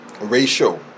ratio